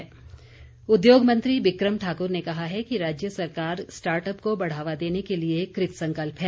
बिक्रम ठाकुर उद्योग मंत्री बिक्रम ठाकुर ने कहा है कि राज्य सरकार स्टार्ट अप को बढ़ावा देने के लिए कृतसंकल्प है